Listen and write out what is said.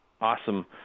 awesome